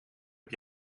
heb